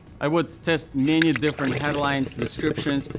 i would test many different headlines, descriptions,